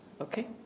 Okay